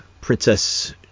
Princess